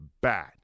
bad